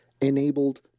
enabled